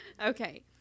Okay